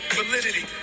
validity